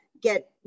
get